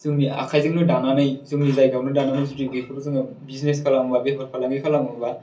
जोंनि आखायजोंनो दानानै जोंनि जायगायावनो दानानै जुदि बेफोरखौ जोङो बिजिनेस खालामोबा बेफार फालांगि खालामोबा